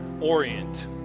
orient